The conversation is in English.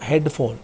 headphone